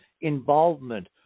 involvement